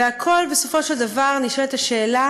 ובסופו של דבר נשאלת השאלה